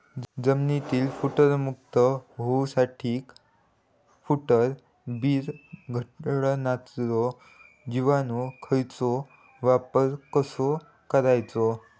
जमिनीतील स्फुदरमुक्त होऊसाठीक स्फुदर वीरघळनारो जिवाणू खताचो वापर कसो करायचो?